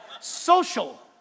social